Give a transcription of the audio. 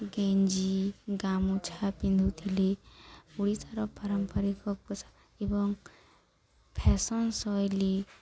ଗଞ୍ଜି ଗାମୁଛା ପିନ୍ଧୁଥିଲେ ଓଡ଼ିଶାର ପାରମ୍ପରିକ ପସ ଏବଂ ଫ୍ୟାସନ୍ ଶୈଳୀ